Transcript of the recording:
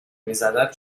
میزدن